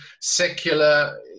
secular